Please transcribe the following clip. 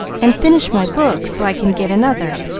and finish my book so i can get another,